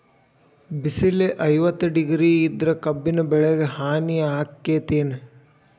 ಬಿಸಿಲ ಐವತ್ತ ಡಿಗ್ರಿ ಇದ್ರ ಕಬ್ಬಿನ ಬೆಳಿಗೆ ಹಾನಿ ಆಕೆತ್ತಿ ಏನ್?